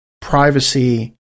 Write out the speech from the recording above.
privacy